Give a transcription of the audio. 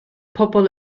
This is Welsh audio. pobl